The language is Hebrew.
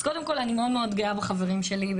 אז קודם כל אני מאד מאד גאה בחברים שלי,